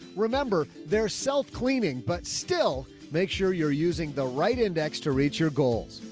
remember they're self-cleaning but still make sure you're using the right index to reach your goals.